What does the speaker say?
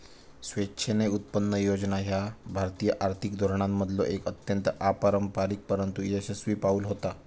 स्वेच्छेने उत्पन्न योजना ह्या भारतीय आर्थिक धोरणांमधलो एक अत्यंत अपारंपरिक परंतु यशस्वी पाऊल होता